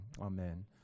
Amen